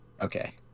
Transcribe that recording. Okay